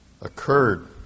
occurred